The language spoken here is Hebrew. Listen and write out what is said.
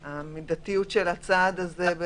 ההקשר העקרוני של המידתיות של הצעד הזה אל